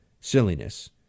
silliness